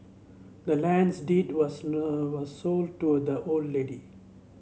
the land's deed was was sold to the old lady